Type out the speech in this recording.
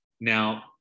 Now